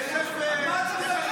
אין לתאר.